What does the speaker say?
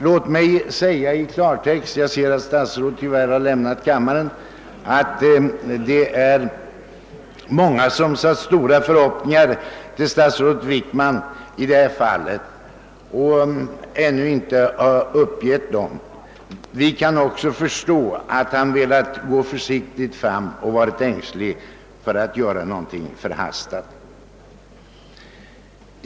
Låt mig i klartext säga — jag ser att statsrådet Wickman tyvärr har lämnat kammaren — att det är många som ställt stora förhoppningar på statsrådet Wickman i detta fall och ännu inte har uppgett dem. Vi kan också förstå att han velat gå försiktigt fram och varit ängslig för att göra någonting förhastat.